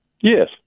Yes